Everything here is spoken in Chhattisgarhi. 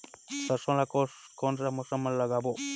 सरसो ला कोन मौसम मा लागबो?